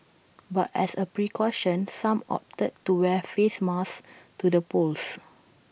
but as A precaution some opted to wear face masks to the polls